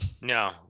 No